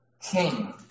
king